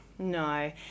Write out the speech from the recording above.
No